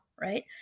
right